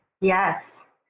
Yes